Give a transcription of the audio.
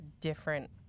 different